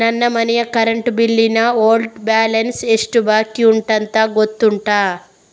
ನನ್ನ ಮನೆಯ current bill ನ ಓಲ್ಡ್ ಬ್ಯಾಲೆನ್ಸ್ ಎಷ್ಟು ಬಾಕಿಯುಂಟೆಂದು ಗೊತ್ತುಂಟ?